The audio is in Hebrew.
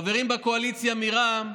חברים בקואליציה מרע"מ,